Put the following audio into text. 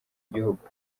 gihugu